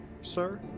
sir